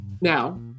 Now